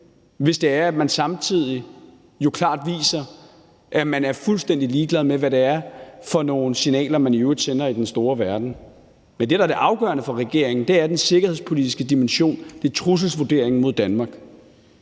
hvis det er sådan, at man samtidig klart viser, at man er fuldstændig ligeglad med, hvad det er for nogle signaler, man i øvrigt sender i den store verden. Men det, der er det afgørende for regeringen, er den sikkerhedspolitiske dimension, det er trusselsvurderingen mod Danmark.